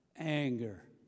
Anger